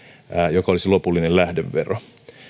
joka olisi lopullinen lähdevero